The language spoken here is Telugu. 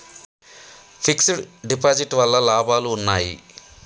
ఫిక్స్ డ్ డిపాజిట్ వల్ల లాభాలు ఉన్నాయి?